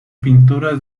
pinturas